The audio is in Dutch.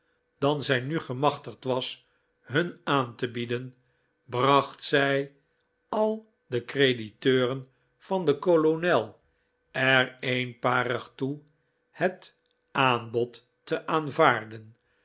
dan zij nu gemachtigd was hun aan te bieden bracht zij al de crediteuren van den kolonel er eenparig toe het aanbod te aanvaarden